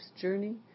journey